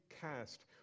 cast